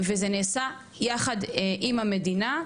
וזה נעשה יחד עם המדינה.